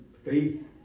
faith